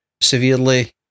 severely